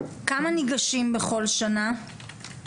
כמה ניגשים בכל שנה?